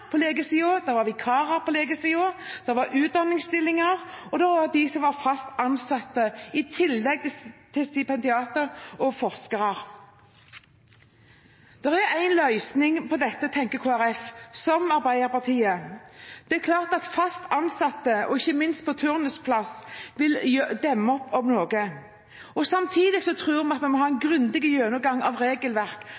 på legesiden, det var vikarer på legesiden, det var utdanningsstillinger, og det var de som var fast ansatte, i tillegg til stipendiater og forskere. Det er en løsning på dette, tenker Kristelig Folkeparti – som Arbeiderpartiet. Det er klart at fast ansatte og ikke minst turnusplasser vil demme opp for noe. Samtidig tror vi at vi må ha en